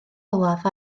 olaf